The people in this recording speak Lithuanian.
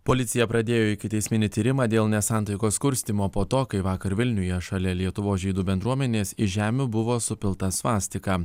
policija pradėjo ikiteisminį tyrimą dėl nesantaikos kurstymo po to kai vakar vilniuje šalia lietuvos žydų bendruomenės iš žemių buvo supilta svastika